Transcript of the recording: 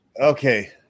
Okay